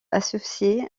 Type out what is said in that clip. associées